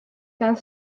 gael